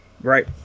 Right